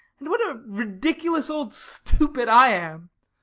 and what a ridiculous old stupid i am!